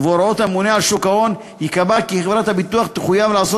ובהוראות הממונה על שוק ההון ייקבע כי חברת ביטוח תחויב לעשות